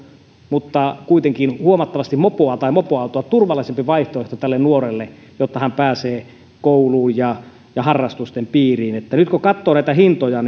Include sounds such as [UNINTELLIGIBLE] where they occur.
mutta kuitenkin huomattavasti mopoa tai mopoautoa turvallisempi vaihtoehto tälle nuorelle jotta hän pääsee kouluun ja ja harrastusten piiriin nyt kun katsoo näitä hintoja [UNINTELLIGIBLE]